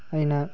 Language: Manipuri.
ꯑꯩꯅ